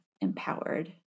empowered